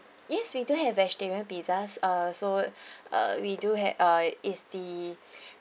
yes we do have vegetarian pizzas uh so uh we do have uh is the